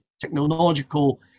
technological